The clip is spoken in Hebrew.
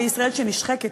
בישראל שנשחקת,